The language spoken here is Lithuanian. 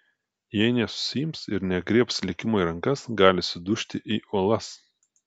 jei nesusiims ir negriebs likimo į rankas gali sudužti į uolas